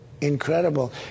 incredible